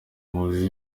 muzi